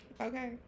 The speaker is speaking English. Okay